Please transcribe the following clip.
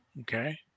Okay